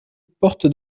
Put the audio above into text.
porte